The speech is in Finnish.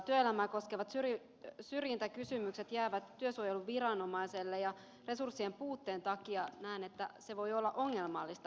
työelämää koskevat syrjintäkysymykset jäävät työsuojeluviranomaiselle ja resurssien puutteen takia näen että se voi olla ongelmallista